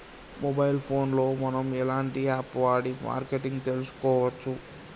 Mobile phone లో మనం ఎలాంటి యాప్ వాడి మార్కెటింగ్ తెలుసుకోవచ్చు?